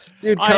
dude